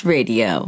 Radio